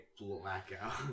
blackout